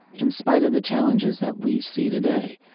in spite of the challenges that we see, today.